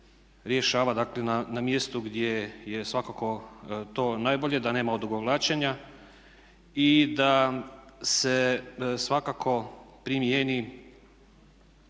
rješava dakle na mjestu gdje je svakako to najbolje da nema odugovlačenja i da se svakako primijeni